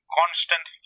constant